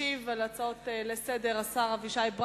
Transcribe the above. הצעות לסדר-היום שמספריהן 410,